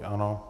Ano.